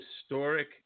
historic